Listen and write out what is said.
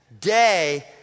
Day